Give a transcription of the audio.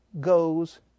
goes